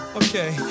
okay